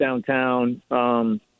downtown